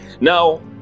now